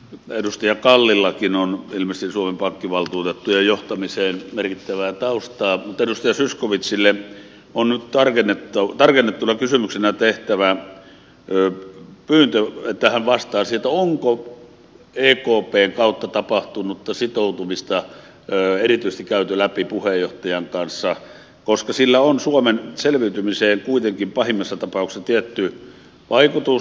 edustaja kallillakin on ilmeisesti suomen pankkivaltuutettujen johtamiseen merkittävää taustaa mutta edustaja zyskowiczille on nyt tarkennettuna kysymyksenä tehtävä pyyntö että hän vastaisi onko ekpn kautta tapahtunutta sitoutumista erityisesti käyty läpi puheenjohtajan kanssa koska sillä on suomen selviytymiseen kuitenkin pahimmassa tapauksessa tietty vaikutus